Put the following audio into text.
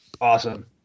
awesome